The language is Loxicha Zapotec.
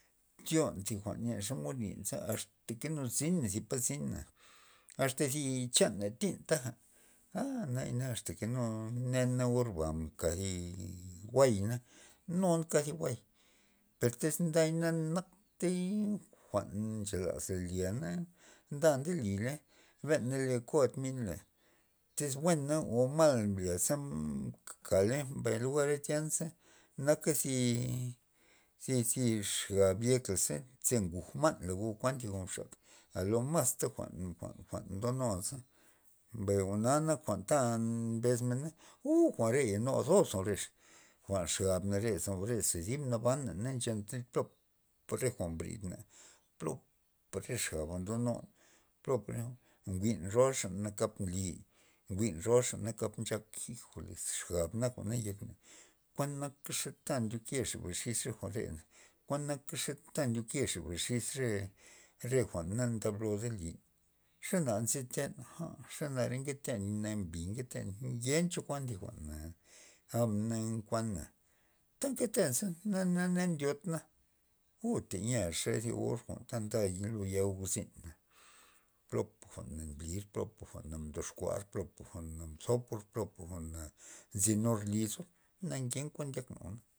Tyon thi jwa'n len xomod lin za asta ke na zina zi pa zina asta thi chana tyn taja naya na nu nen re orba mka zi jwa'y na nun ka zi jwa'y per tyz nday nak tey jwa'n nchelaz la lya na nda ndeli ley ben na le ko mi'nla tyz buena o mal mblya za mkaley mbay lugara za tya naka zi- zi- zi xab yek la ze ze nguj ma'n o kuan thi mxak jwa'n mas jwa'n o lo masta jwa'n- jwa'n ndonuaza mbay jwa'na nak jwa'n ta mbes mena uuu jwa're nozoz jwa'reya jwa'n xabnare ze dib nabana na nchenta plopa re jwa'n bridna plopa re xaba ndonun plopa, njwi'n roaxa kap nly njwi'n nakap jijoles xab nak jwa'nayek na kuanaka ze ta ndyokexa xis re jwa'rena kuan naka ze ndyoke cha re xis re re jwa'n na ndablod ndelin xana nziten aa xanare nketen nambi nketen ngenta cho thi jwa'na gab na nkuana ta nketeza na na ndyotna uu teyea xe zi or ta nda lo yazina plapa jwa'n nblir plopa jwa'na mdoxkuar plopa jwa'na mzopor plopa jwa'na nzinur lizor na kenkuan ndyakna jwa'na.